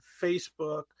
Facebook